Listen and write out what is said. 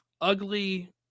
ugly